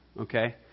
Okay